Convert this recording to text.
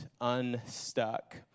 unstuck